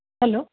hello